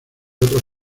otros